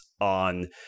on